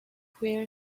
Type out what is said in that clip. were